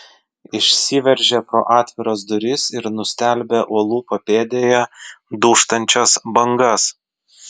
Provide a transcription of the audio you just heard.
išsiveržė pro atviras duris ir nustelbė uolų papėdėje dūžtančias bangas